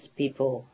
people